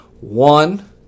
One